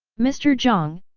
mr. jiang,